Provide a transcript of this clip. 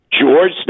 George